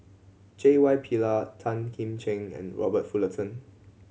J Y Pillay Tan Kim Ching and Robert Fullerton